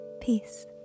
Peace